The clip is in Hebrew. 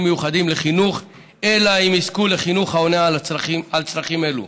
מיוחדים לחינוך אלא אם יזכו לחינוך העונה על צרכים אלה.